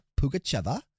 Pugacheva